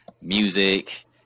music